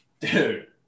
Dude